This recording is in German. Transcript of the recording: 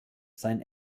sein